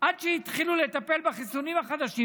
עד שהתחילו לטפל בחיסונים החדשים,